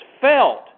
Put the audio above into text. felt